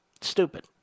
Stupid